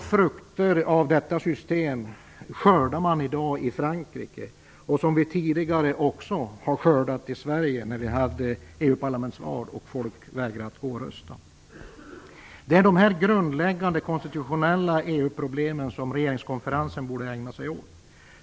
Frukterna av detta system skördar man i dag i Frankrike. Tidigare har vi också skördat dem i Sverige när vi hade EU-parlamentsval och folk vägrade att gå och rösta. Det är dessa grundläggande, konstitutionella EU problem regeringskonferensen borde ägna sig åt.